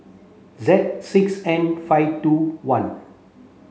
Z six N five two one